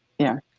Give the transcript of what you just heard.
yeah.